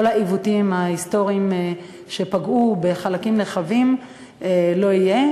העיוותים ההיסטוריים שפגעו בחלקים נרחבים לא יהיו.